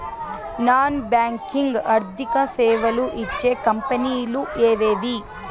Non banking ఆర్థిక సేవలు ఇచ్చే కంపెని లు ఎవేవి?